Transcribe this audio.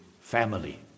family